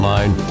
Line